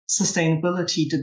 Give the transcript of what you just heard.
sustainability